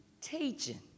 teaching